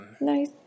Nice